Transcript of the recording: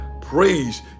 praise